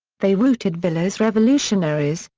they routed villa's revolutionaries,